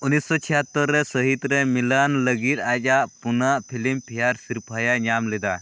ᱩᱱᱤᱥᱚ ᱪᱷᱤᱭᱟᱛᱚᱨ ᱨᱮ ᱥᱟᱹᱦᱤᱛ ᱨᱮ ᱢᱤᱞᱚᱱ ᱞᱟᱹᱜᱤᱫ ᱟᱡᱟᱜ ᱯᱩᱱᱟᱜ ᱥᱤᱨᱯᱷᱟᱹᱭᱮ ᱧᱟᱢ ᱞᱮᱫᱟ